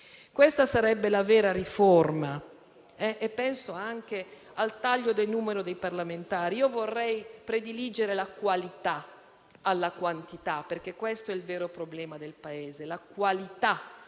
Questa sarebbe la vera riforma. Penso anche al taglio del numero dei parlamentari. Io vorrei prediligere la qualità alla quantità, perché questo è il vero problema del Paese, la qualità